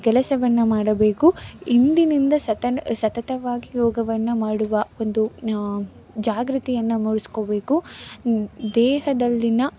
ಕೆಲಸವನ್ನು ಮಾಡಬೇಕು ಇಂದಿನಿಂದ ಸತನ ಸತತವಾಗಿ ಯೋಗವನ್ನು ಮಾಡುವ ಒಂದು ಜಾಗೃತಿಯನ್ನು ಮೂಡಿಸ್ಕೊಳ್ಬೇಕು ದೇಹದಲ್ಲಿಯ